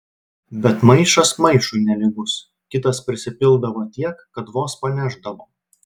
bet maišas maišui nelygus kitas prisipildavo tiek kad vos panešdavo